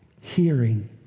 Hearing